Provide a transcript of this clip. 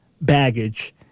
baggage